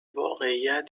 واقعیت